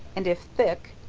and if thick,